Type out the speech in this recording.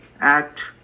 act